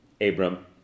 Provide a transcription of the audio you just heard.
Abram